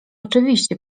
oczywiście